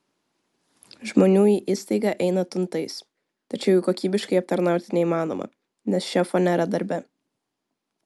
žmonių į įstaigą eina tuntais tačiau jų kokybiškai aptarnauti neįmanoma nes šefo nėra darbe